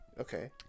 Okay